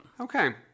Okay